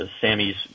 sammy's